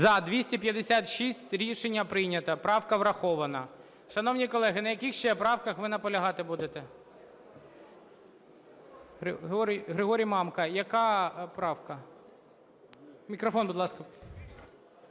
За-256 Рішення прийнято, правка врахована. Шановні колеги, на яких ще правках ви наполягати будете? Григорій Мамка. Яка правка? Мікрофон, будь ласка.